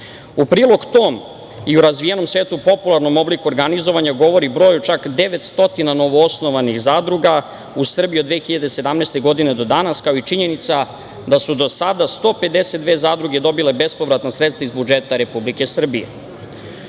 prilog tom i u razvijenom svetu popularnom obliku organizovanja govori broj od čak 900 novoosnovanih zadruga u Srbiji od 2017. godine do danas, kao i činjenica da su do sada 152 zadruge dobile bespovratna sredstva iz budžeta Republike Srbije. Uz